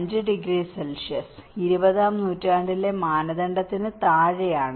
5 degree Celsius 20 ാം നൂറ്റാണ്ടിലെ മാനദണ്ഡത്തിന് താഴെയാണ്